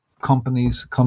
companies